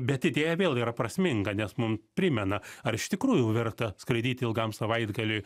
bet idėja vėl yra prasminga nes mum primena ar iš tikrųjų verta skraidyti ilgam savaitgaliui